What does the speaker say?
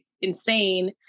insane